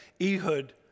Ehud